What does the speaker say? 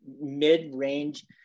mid-range